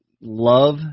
love